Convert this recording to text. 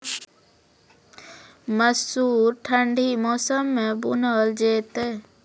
मसूर ठंडी मौसम मे बूनल जेतै?